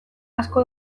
asko